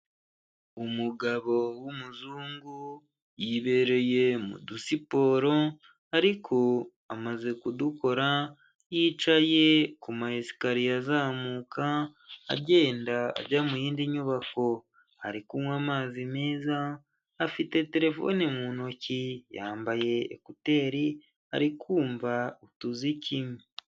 Umugabo w'umuzungu yibereye mu dusiporo ariko amaze kudukora, yicaye ku masekariye azamuka agenda ajya mu yindi nyubako, ari kunywa amazi meza, afite terefone mu ntoki, yambaye ekuteri, ari kumva utuziki.